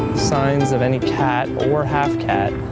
signs of any cat. or half-cat.